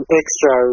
extra